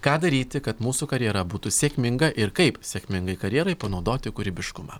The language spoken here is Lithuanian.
ką daryti kad mūsų karjera būtų sėkminga ir kaip sėkmingai karjerai panaudoti kūrybiškumą